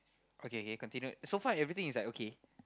okay okay continue so far everything is like okay